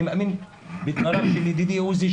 אני מאמין בדבריו של ידידי עוזי,